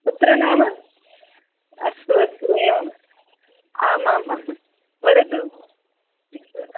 पुत्रः नाम अस्तु अस्तु एवम् आम् आम् वदतु